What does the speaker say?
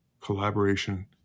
collaboration